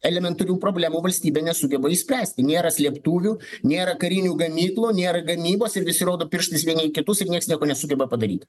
elementarių problemų valstybė nesugeba išspręsti nėra slėptuvių nėra karinių gamyklų nėra gamybos ir visi rodo pirštais vieni kitus ir nieks nieko nesugeba padaryt